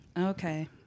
Okay